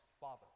Father